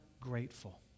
grateful